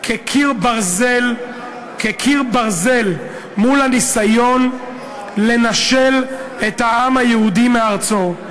כקיר ברזל, מול הניסיון לנשל את העם היהודי מארצו.